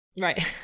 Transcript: Right